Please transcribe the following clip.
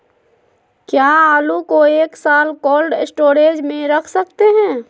क्या आलू को एक साल कोल्ड स्टोरेज में रख सकते हैं?